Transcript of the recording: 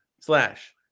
slash